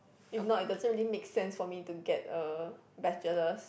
if not it doesn't really make sense for me to get a bachelor